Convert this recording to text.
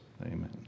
Amen